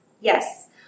yes